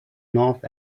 north